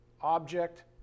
object